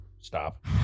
stop